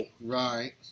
Right